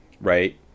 Right